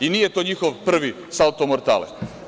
I nije to njihov prvi salto mortale.